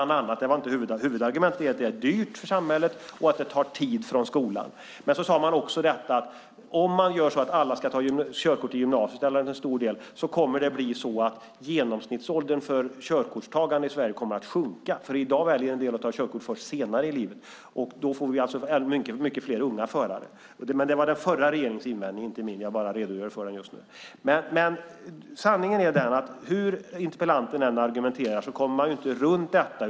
Detta var inte huvudargumentet, utan det var att det dyrt för samhället och att det tar tid från skolan. Men man sade även att om alla, eller en stor del, ska ta körkort i gymnasiet kommer genomsnittsåldern för körkortstagande i Sverige att sjunka. I dag väljer en del att ta körkort först senare i livet. Vi skulle alltså få många fler unga förare. Men detta var alltså den förra regeringens invändning, och inte min. Jag bara redogör för den just nu. Sanningen är att hur interpellanten än argumenterar kommer man inte runt detta.